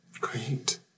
Great